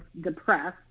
depressed